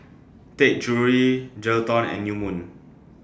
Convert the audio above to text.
Taka Jewelry Geraldton and New Moon